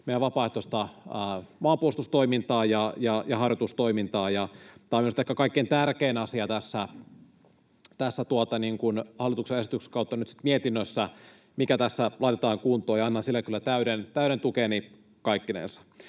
meidän vapaaehtoista maanpuolustustoimintaa ja harjoitustoimintaa, ja tämä on minusta ehkä kaikkein tärkein asia tämän hallituksen esityksen kautta nyt mietinnössä, mikä tässä laitetaan kuntoon, ja annan sille kyllä täyden tukeni kaikkinensa.